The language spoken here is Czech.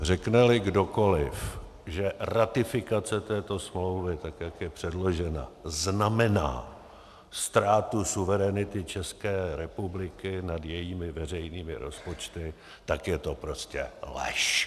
Řekneli kdokoliv, že ratifikace této smlouvy, tak jak je předložena, znamená ztrátu suverenity České republiky nad jejími veřejnými rozpočty, tak je to prostě lež.